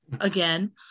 again